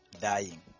dying